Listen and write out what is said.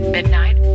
Midnight